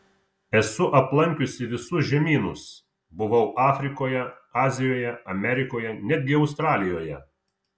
esu aplankiusi visus žemynus buvau afrikoje azijoje amerikoje netgi australijoje